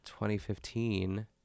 2015